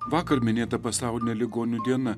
vakar minėta pasaulinė ligonių diena